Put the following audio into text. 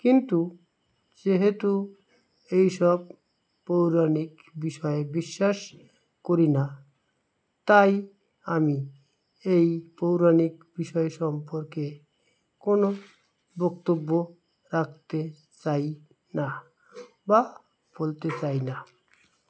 কিন্তু যেহেতু এইসব পৌরাণিক বিষয়ে বিশ্বাস করি না তাই আমি এই পৌরাণিক বিষয় সম্পর্কে কোনো বক্তব্য রাখতে চাই না বা বলতে চাই না